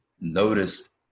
noticed